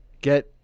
get